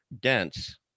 dense